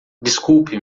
desculpe